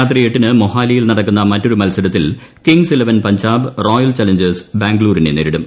രാത്രി എട്ടിന് മൊഹാലിയിൽ നടക്കുന്ന മറ്റൊരു മത്സരത്തിൽ Kings Eleven Punjab Royal Challengers ബാംഗ്ലൂരിനെ നേരിടും